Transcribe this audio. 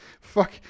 fuck